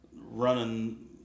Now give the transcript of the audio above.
running